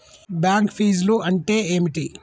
Bank ఫీజ్లు అంటే ఏమిటి?